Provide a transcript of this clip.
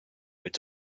its